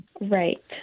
Right